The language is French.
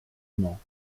mans